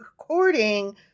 according